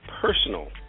personal